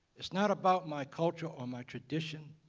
it's not about my culture or my tradition